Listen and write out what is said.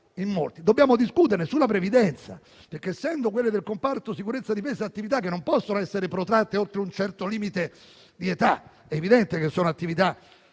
Dobbiamo discutere sulla previdenza, perché, essendo quelle del comparto sicurezza e difesa attività che non possono essere protratte oltre un certo limite di età, in quanto evidentemente logoranti